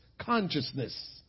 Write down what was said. consciousness